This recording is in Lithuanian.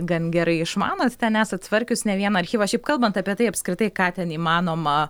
gan gerai išmanot ten esat tvarkius ne vieną archyvą šiaip kalbant apie tai apskritai ką ten įmanoma